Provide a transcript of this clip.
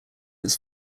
its